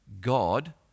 God